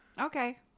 Okay